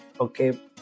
okay